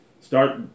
Start